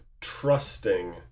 trusting